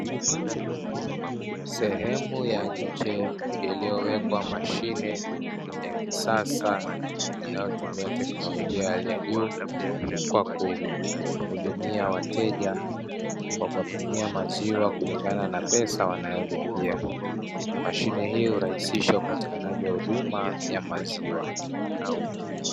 Sehemu ya nje iliyowekwa mashine ya kisasa inayotumia teknolojia ya hali ya juu kwa kuhudumia wateja kwa kuwapimia maziwa kulingana na pesa wanayolipia, mashine hii hurahisisha upatikanaji wa huduma ya maziwa.